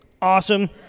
Awesome